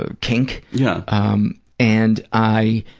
ah kink. yeah um and i